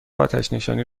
آتشنشانی